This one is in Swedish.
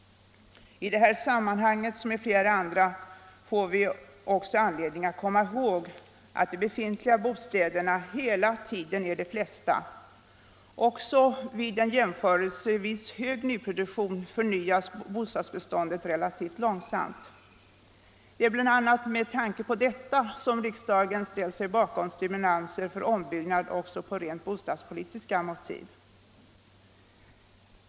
I det här sammanhanget, som i flera andra, får vi också anledning att komma ihåg att de befintliga bostäderna hela tiden är de flesta. Även vid en jämförelsevis hög nyproduktion förnyas bostadsbeståndet relativt långsamt. Det är bl.a. med tanke på detta som riksdagen ställt sig bakom stimulanser för ombyggnad också av rent bostadspolitiska motiv.